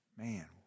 man